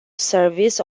service